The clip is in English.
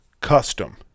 Custom